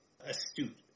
astute